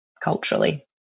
culturally